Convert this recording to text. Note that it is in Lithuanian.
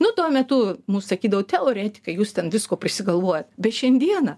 nu tuo metu mus sakydavo teoretikai jūs ten visko prisigalvojat bet šiandieną